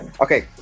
Okay